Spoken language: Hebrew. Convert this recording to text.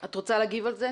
את רוצה להגיב על זה?